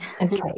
Okay